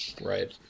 Right